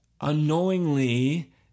unknowingly